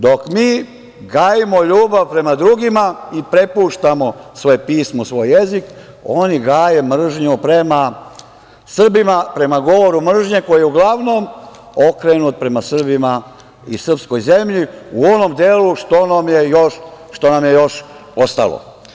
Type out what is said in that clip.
Dok mi gajimo ljubav prema drugima i prepuštamo svoje pismo i svoj jezik, oni gaje mržnju prema Srbima, prema govoru mržnje koji je uglavnom okrenut prema Srbima i srpskoj zemlji, u onom delu što nam je još ostalo.